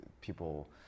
people